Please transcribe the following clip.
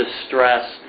distress